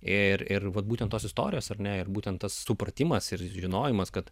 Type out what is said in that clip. ir ir vat būtent tos istorijos ar ne ir būtent tas supratimas ir žinojimas kad